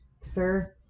sir